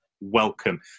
welcome